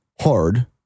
hard